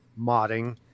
modding